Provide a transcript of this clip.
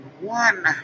one